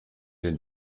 den